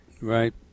Right